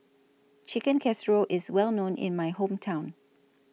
Chicken Casserole IS Well known in My Hometown